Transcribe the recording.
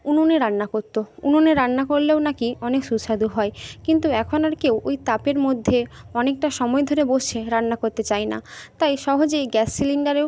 উনুনে রান্না করত উনুনে রান্না করলেও নাকি অনেক সুস্বাদু হয় কিন্তু এখন আর কেউ ওই তাপের মধ্যে অনেকটা সময় ধরে বসে রান্না করতে চায় না তাই সহজেই গ্যাস সিলিন্ডারেও